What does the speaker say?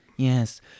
Yes